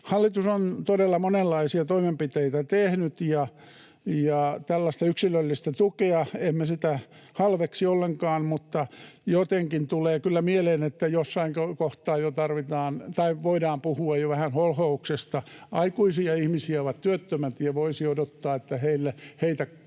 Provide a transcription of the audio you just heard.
Hallitus on todella monenlaisia toimenpiteitä tehnyt. Tällaista yksilöllistä tukea, emme sitä halveksi ollenkaan, mutta jotenkin tulee kyllä mieleen, että jossain kohtaa voidaan puhua jo vähän holhouksesta. Työttömät ovat aikuisia ihmisiä, ja voisi odottaa, että heitä